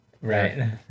Right